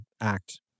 act